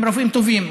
הם רופאים טובים,